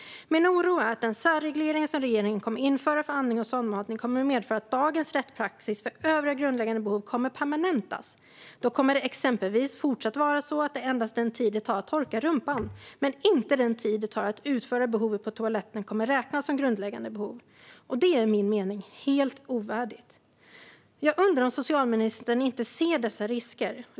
Min oro är att den särreglering som regeringen kommer att införa för andning och sondmatning medför att dagens rättspraxis för övriga grundläggande behov permanentas. Då kommer det exempelvis fortsatt att vara så att endast den tid det tar att torka rumpan, men inte den tid det tar att utföra behovet på toaletten, kommer att räknas som grundläggande behov. Det är i min mening helt ovärdigt! Jag undrar om socialministern inte ser dessa risker.